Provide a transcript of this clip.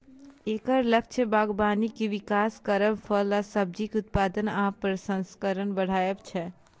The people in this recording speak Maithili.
एकर लक्ष्य बागबानी के विकास करब, फल आ सब्जीक उत्पादन आ प्रसंस्करण बढ़ायब छै